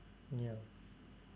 ya